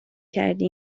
کردی